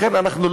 לכן,